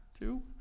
Two